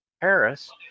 Paris